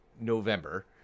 November